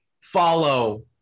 follow